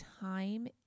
time